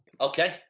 Okay